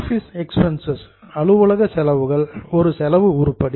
office expense அலுவலக செலவுகள் ஒரு செலவு உருப்படி